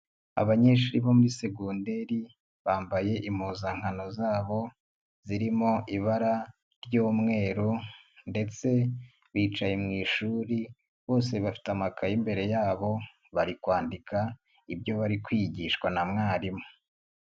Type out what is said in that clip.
Abanyeshuri bo muri segonderi bambaye impuzankano zabo zirimo ibara ry'umweru ndetse bicaye mu ishuri, bose bafite amakaye imbere yabo bari kwandika ibyo bari kwigishwa na mwarimu.